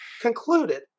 Concluded